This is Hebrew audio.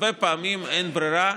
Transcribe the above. הרבה פעמים אין ברירה,